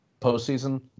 postseason